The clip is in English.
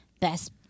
best